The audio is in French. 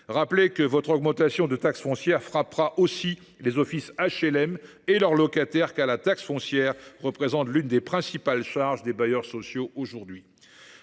rappeler que votre augmentation de taxe foncière frappera aussi les offices HLM et leurs locataires, car la taxe foncière représente l’une des principales charges des bailleurs sociaux aujourd’hui.